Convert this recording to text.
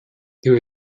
there